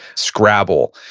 scrabble.